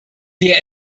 wer